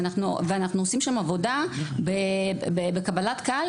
ואנחנו עושים שם עבודה בקבלת קהל,